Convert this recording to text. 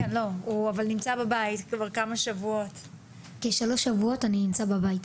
אני נמצא בבית כמעט שלושה שבועות.